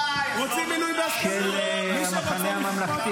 די --- רוצים מינוי בהסכמה ------ של קבוצת סיעת המחנה הממלכתי,